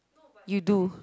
you do